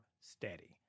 steady